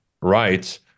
right